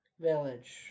village